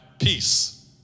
peace